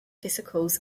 vesicles